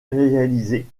réalisée